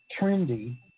trendy